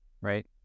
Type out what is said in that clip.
right